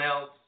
else